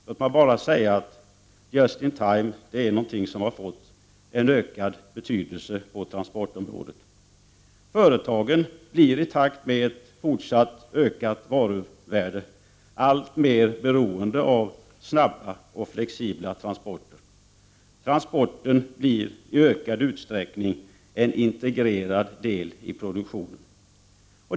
Låt mig bara säga att det har fått en ökad betydelse på transportområdet. Företagen blir i takt med fortsatt ökat varuvärde alltmer beroende av snabba och flexibla transporter. Transporten blir i ökad utsträckning en integrerad del av produktionen.